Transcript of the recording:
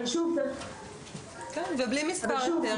אבל צריך לזכור שההיתר -- אבל בלי מספר היתר.